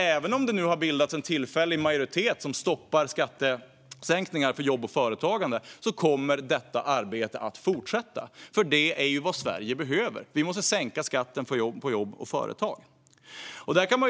Även om det nu har bildats en tillfällig majoritet som stoppar skattesänkningar för jobb och företagande kommer detta arbete att fortsätta, för det är vad Sverige behöver. Vi måste sänka skatten på jobb och företag.